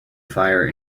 fire